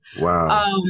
Wow